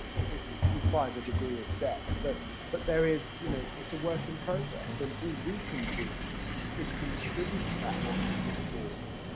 it requires a degree of depth. but but there is, you know, it's a work in progress, and all we can do is contribute to that national discourse,